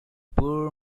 poor